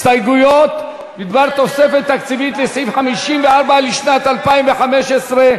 הסתייגויות בדבר תוספת תקציבית לסעיף 54 לשנת 2015,